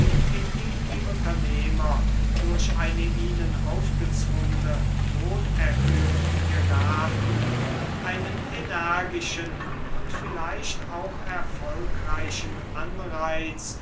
in die die unternehmer durch eine ihnen aufgezwungene lohnerhöhung geraten einen energischen und vielleicht auch erfolgreichen anreiz